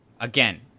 again